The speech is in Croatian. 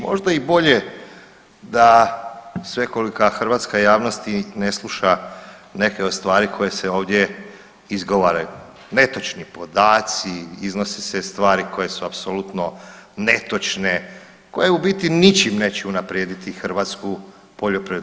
Možda i bolje da svekolika hrvatska javnost i ne sluša neke od stvari koje se ovdje izgovaraju, netočni podaci, iznose se stvari koje su apsolutno netočne, koje u biti ničim neće unaprijediti hrvatsku poljoprivredu.